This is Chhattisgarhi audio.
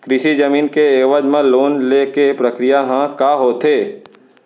कृषि जमीन के एवज म लोन ले के प्रक्रिया ह का होथे?